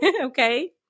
Okay